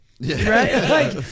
right